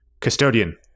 custodian